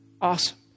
Awesome